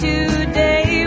Today